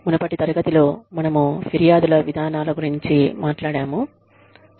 మునుపటి తరగతిలో మనము ఫిర్యాదు విధానాల గురించి మాట్లాడాము